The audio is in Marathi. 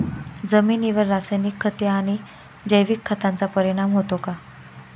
जमिनीवर रासायनिक खते आणि जैविक खतांचा परिणाम होतो का?